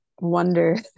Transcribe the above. wonder